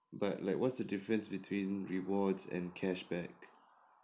but like what's the difference between rewards and cashback